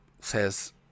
says